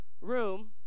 room